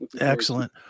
Excellent